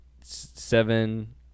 Seven